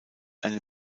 eine